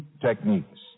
techniques